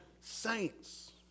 saints